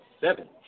seven